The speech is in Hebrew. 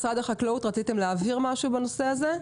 משרד החקלאות, רציתם להבהיר משהו בנושא הזה?